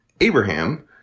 Abraham